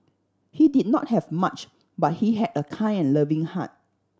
he did not have much but he had a kind and loving heart